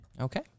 Okay